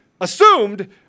assumed